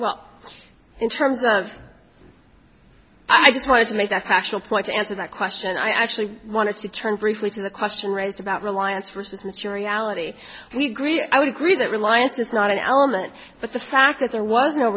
well in terms of i just wanted to make that actual point to answer that question i actually wanted to turn briefly to the question raised about reliance which is materiality we agree i would agree that reliance is not an element but the fact that there was no